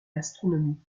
l’astronomie